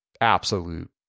absolute